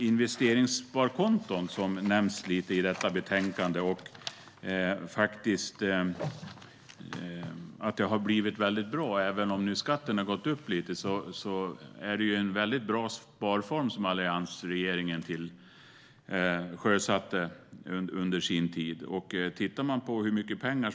Investeringssparkonton nämns något i betänkandet. Det har faktiskt blivit väldigt bra, även om skatten nu har gått upp lite. Det är en väldigt bra sparform som alliansregeringen under sin tid sjösatte.